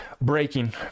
Breaking